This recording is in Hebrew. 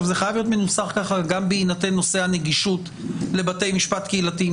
זה חייב להיות מנוסח כך גם בהינתן נושא הנגישות לבתי משפט קהילתיים,